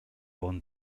bon